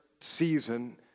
season